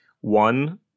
One